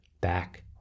back